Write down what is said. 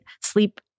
sleep